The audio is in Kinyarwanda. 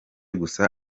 gusa